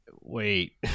wait